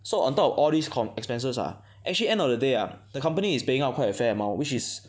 so on top of all this com~ expenses ah actually end of the day ah the company is paying up quite a fair amount which is